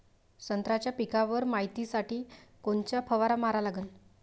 संत्र्याच्या पिकावर मायतीसाठी कोनचा फवारा मारा लागन?